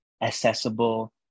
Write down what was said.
accessible